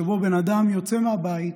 שבו בן אדם יוצא מהבית,